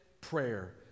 prayer